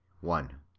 one.